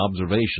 observation